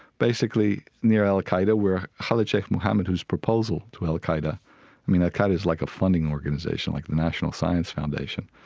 basically near al-qaeda where khalid sheikh mohammed whose proposal to al-qaeda i mean, al-qaeda's kind of like a funding organization, like the national science foundation